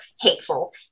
hateful